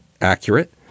accurate